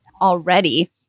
already